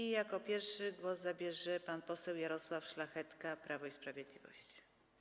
I jako pierwszy głos zabierze pan poseł Jarosław Szlachetka, Prawo i Sprawiedliwość.